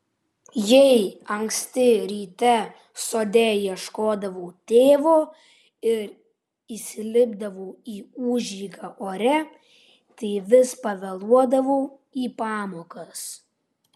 jei anksti ryte sode ieškodavau tėvo ir įsilipdavau į užeigą ore tai vis pavėluodavau į pamokas